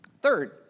Third